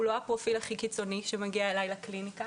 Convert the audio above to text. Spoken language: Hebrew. הוא לא הפרופיל הכי קיצוני שמגיע אליי לקליניקה